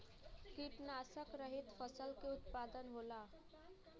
कीटनाशक रहित फसल के उत्पादन होला